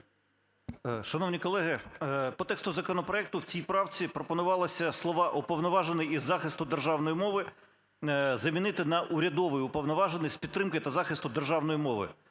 Шановні колеги, по тексту законопроекту в цій правці пропонувалося слова "Уповноважений із захисту державної мови" замінити на " Урядовий уповноважений з підтримки та захисту державної мови".